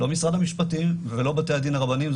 לא משרד המשפטים ולא בתי הדין הרבניים.